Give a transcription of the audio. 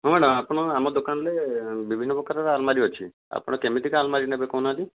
ହଁ ମ୍ୟାଡ଼ାମ ଆପଣ ଆମ ଦୋକାନରେ ବିଭିନ୍ନ ପ୍ରକାରର ଆଲମାରି ଅଛି ଆପଣ କେମିତି କା ଆଲମାରୀ ନେବେ କହୁନାହାନ୍ତି